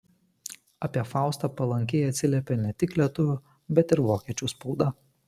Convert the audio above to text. apie faustą palankiai atsiliepė ne tik lietuvių bet ir vokiečių spauda